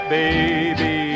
baby